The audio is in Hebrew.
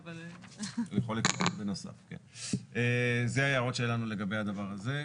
זה ההערות שלנו לגבי הדבר הזה.